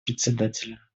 председателя